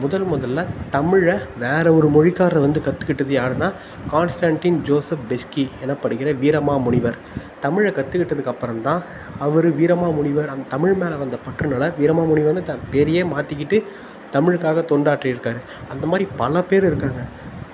முதல் முதலில் தமிழை வேறு ஒரு மொழிக்காரர் வந்து கற்றுக்கிட்டது யாருன்னால் கான்ஸ்டன்டின் ஜோசப் பெஸ்கி எனப்படுகிற வீரமாமுனிவர் தமிழை கற்றுக்கிட்டதுக்கப்பறந்தான் அவர் வீரமாமுனிவர் அந் தமிழ் மேலே வந்த பற்றுனால் வீரமாமுனிவர்ன்னு தன் பேரையே மாற்றிக்கிட்டு தமிழுக்காக தொண்டாற்றி இருக்கார் அந்தமாதிரி பல பேர் இருக்காங்க